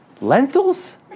lentils